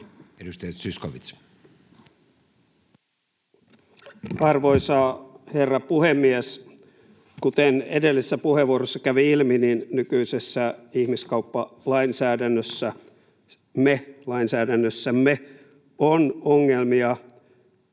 Edustaja Zyskowicz. Arvoisa herra puhemies! Kuten edellisessä puheenvuorossa kävi ilmi, nykyisessä ihmiskauppalainsäädännössämme on ongelmia,